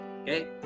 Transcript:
okay